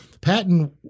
Patton